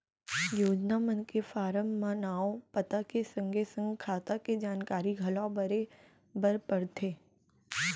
योजना मन के फारम म नांव, पता के संगे संग खाता के जानकारी घलौ भरे बर परथे